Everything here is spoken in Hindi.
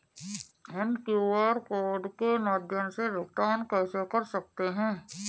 हम क्यू.आर कोड के माध्यम से भुगतान कैसे कर सकते हैं?